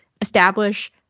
establish